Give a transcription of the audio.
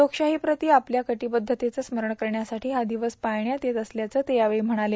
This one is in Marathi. लोक शाहीप्रती आपल्या कटीबखतेचं स्मरण करण्यासाठी हा दिवस पाळण्यात येत असल्याचं ते यावेळी म्हणाले